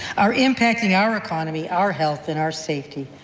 are impacting our economy, our health and our safety.